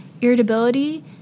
irritability